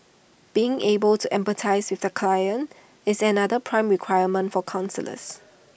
being able to empathise with their clients is another prime requirement for counsellors